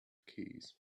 keys